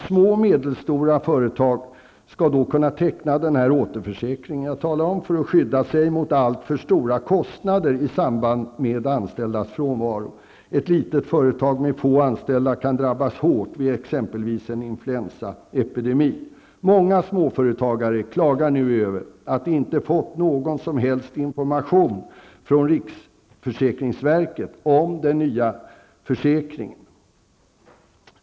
Små och medelstora företag ska kunna teckna en försäkring för att skydda sig mot alltför stora kostnader i samband med de anställdas sjukfrånvaro. Ett litet företag med få anställda kan drabbas hårt vid till exempel en influensaepedemi. Många småföretagare klagar nu över att de inte fått någon som helst information från riksförsäkringsverket om den nya försäkringen.